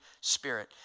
Spirit